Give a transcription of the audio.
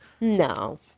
No